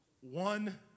one